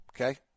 Okay